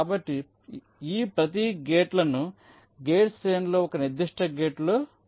కాబట్టి ఈ ప్రతి గేట్లను గేట్ శ్రేణిలో ఒక నిర్దిష్ట గేటులో ఉంచవచ్చు